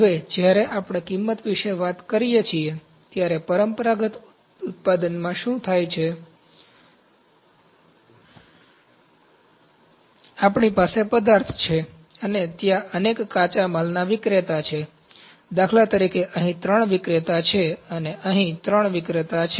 હવે જ્યારે આપણે કિંમત વિશે વાત કરીએ છીએ ત્યારે પરંપરાગત ઉત્પાદનમાં શું થાય છે આપણી પાસે પદાર્થ છે અને ત્યાં અનેક કાચા માલના વિક્રેતા છે દાખલા તરીકે અહીં ત્રણ વિક્રેતા છે અને અહીં ત્રણ વિક્રેતા છે